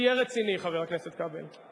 תהיה רציני, חבר הכנסת כבל.